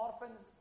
orphans